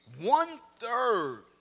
one-third